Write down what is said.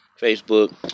Facebook